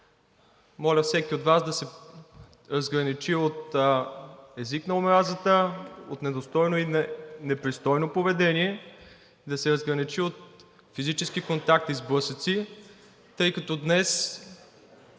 моля всеки от Вас да се разграничи от езика на омразата, от недостойно и непристойно поведение, да се разграничи от физически контакти и сблъсъци, тъй като днес